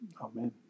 Amen